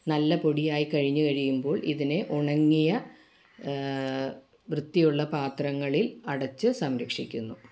നല്ലപൊടിയായി കഴിഞ്ഞ് കഴിയുമ്പോൾ ഇതിനെ ഉണങ്ങിയ വൃത്തിയുളള പാത്രങ്ങളിൽ അടച്ച് സംരക്ഷിക്കുന്നു